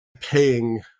paying